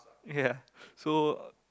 ya so